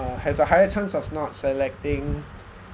uh has a higher chance of not selecting